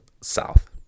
south